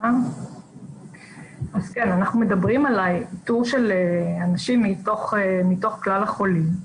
אנחנו מדברים על האיתור של אנשים מתוך כלל החולים,